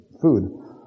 food